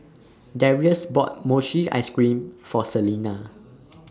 Darius bought Mochi Ice Cream For Selina